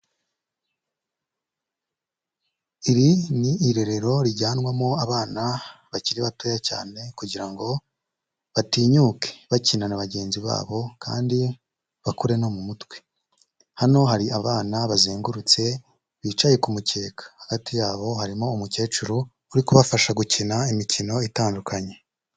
Iri ni irerero rijyanwamo abana bakiri batoya cyane kugira ngo batinyuke bakinana na bagenzi babo kandi bakure no mu mutwe, hano hari abana bazengurutse bicaye ku mukeka, hagati yabo harimo umukecuru uri kubafasha gukina imikino itandukanye.